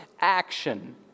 action